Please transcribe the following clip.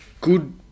good